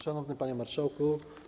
Szanowny Panie Marszałku!